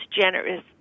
generous